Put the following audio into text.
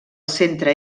centre